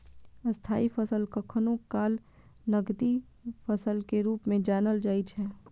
स्थायी फसल कखनो काल नकदी फसल के रूप मे जानल जाइ छै